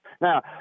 Now